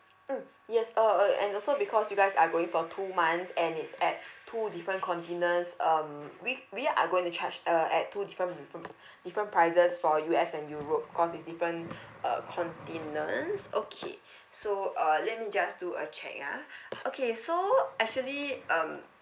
mm yes uh uh and also because you guys are going for two months and it's at two different continents um we we are going to charge uh at two different~ different prices for U_S and europe cause it's different uh continents okay so uh let me just do a check ah okay so actually um